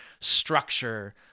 structure